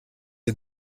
are